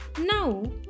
Now